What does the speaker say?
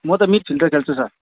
म त मिडफिल्डर खेल्छु सर